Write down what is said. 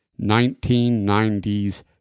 1990s